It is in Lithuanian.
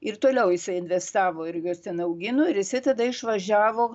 ir toliau jisai investavo ir juos ten augino ir jisai tada išvažiavo